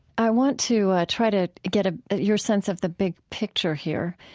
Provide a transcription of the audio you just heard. i want to try to get ah your sense of the big picture here.